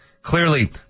Clearly